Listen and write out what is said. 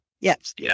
Yes